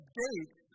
dates